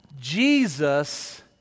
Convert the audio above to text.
Jesus